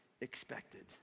expected